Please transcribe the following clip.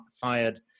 fired